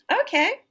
Okay